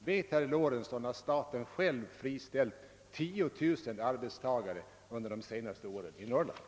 Vet herr Lorentzon att staten själv under de senaste tio åren friställt 10 000 arbetstagare i Norrland?